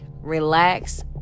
relax